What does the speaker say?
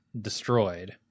destroyed